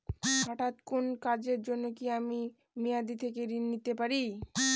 হঠাৎ কোন কাজের জন্য কি আমি মেয়াদী থেকে ঋণ নিতে পারি?